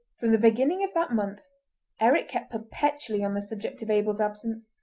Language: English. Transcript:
from the beginning of that month eric kept perpetually on the subject of abel's absence,